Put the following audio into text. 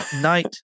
Night